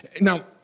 Now